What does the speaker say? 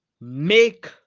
make